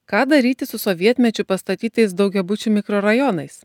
ką daryti su sovietmečiu pastatytais daugiabučių mikrorajonais